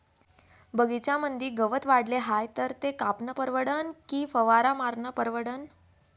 बगीच्यामंदी गवत वाढले हाये तर ते कापनं परवडन की फवारा मारनं परवडन?